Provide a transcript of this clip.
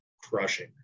crushing